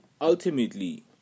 ultimately